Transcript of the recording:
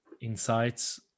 insights